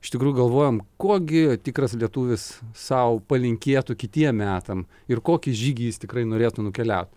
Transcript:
iš tikrųjų galvojom kuo gi tikras lietuvis sau palinkėtų kitiem metam ir kokį žygį jis tikrai norėtų nukeliaut